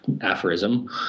aphorism